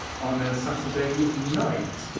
on a saturday night,